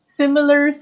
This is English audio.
similar